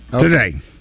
Today